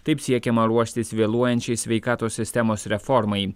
taip siekiama ruoštis vėluojančiai sveikatos sistemos reformai